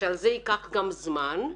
שזה ייקח זמן,